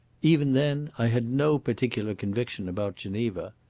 even then i had no particular conviction about geneva.